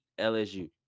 LSU